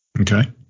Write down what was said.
Okay